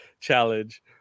challenge